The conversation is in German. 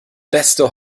beste